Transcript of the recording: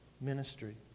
ministry